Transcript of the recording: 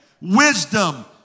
Wisdom